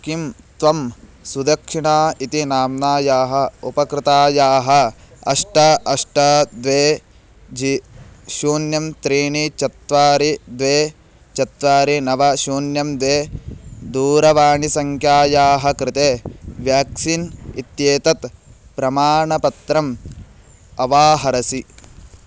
किं त्वं सुदक्षिणा इति नाम्नायाः उपकृतायाः अष्ट अष्ट द्वे जि शून्यं त्रीणि चत्वारि द्वे चत्वारि नव शून्यं द्वे दूरवाणिसङ्ख्यायाः कृते व्याक्सीन् इत्येतत् प्रमाणपत्रम् अवाहरसि